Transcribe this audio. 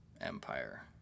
empire